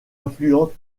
influente